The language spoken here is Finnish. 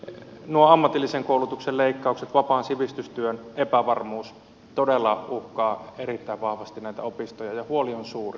nuo ammatillisen koulutuksen leikkaukset vapaan sivistystyön epävarmuus todella uhkaavat erittäin vahvasti näitä opistoja ja huoli on suuri